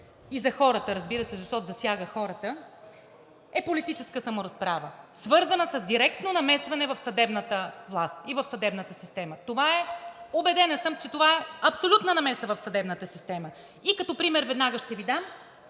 и за хората, разбира се, защото засяга хората, е политическа саморазправа, свързана с директно намесване в съдебната власт и съдебната система. Убедена съм, че това е абсолютна намеса в съдебната система. Като пример веднага ще Ви дам